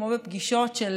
כמו בפגישות של